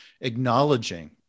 acknowledging